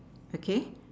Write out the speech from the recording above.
okay